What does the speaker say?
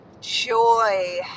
joy